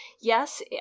yes